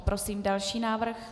Prosím další návrh.